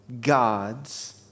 God's